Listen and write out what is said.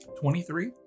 Twenty-three